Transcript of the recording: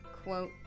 quote